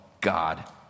God